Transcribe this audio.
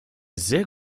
sehr